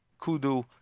kudu